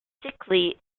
sickly